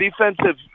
defensive